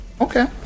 Okay